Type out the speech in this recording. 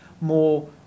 more